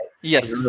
Yes